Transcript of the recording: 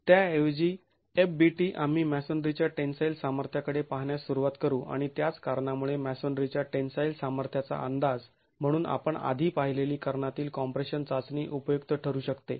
तर त्याऐवजी fbt आम्ही मॅसोनरीच्या टेन्साईल सामर्थ्याकडे पाहण्यास सुरुवात करू आणि त्याच कारणामुळे मॅसोनरीच्या टेन्साईल सामर्थ्याचा अंदाज म्हणून आपण आधी पाहिलेली कर्णातील कॉम्प्रेशन चाचणी उपयुक्त ठरू शकते